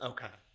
Okay